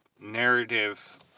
narrative